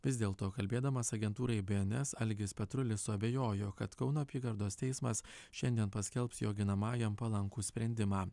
vis dėlto kalbėdamas agentūrai bns algis petrulis suabejojo kad kauno apygardos teismas šiandien paskelbs jo ginamajam palankų sprendimą